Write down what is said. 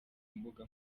mbuga